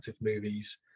movies